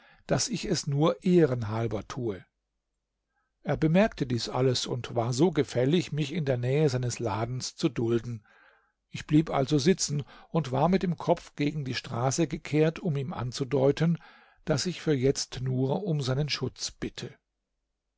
daß ich es nur ehren halber tue er bemerkte dies alles und war so gefällig mich in der nähe seines ladens zu dulden ich blieb also sitzen und war mit dem kopf gegen die straße gekehrt um ihm anzudeuten daß ich für jetzt nur um seinen schutz bitte